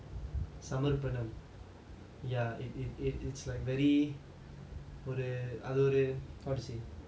சமர்ப்பணம்:samarpanam ya if if if it's like very ஒரு அது ஒரு:oru adhu oru how to say